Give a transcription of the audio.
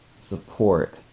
support